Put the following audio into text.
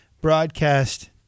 broadcast